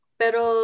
pero